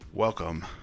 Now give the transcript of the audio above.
Welcome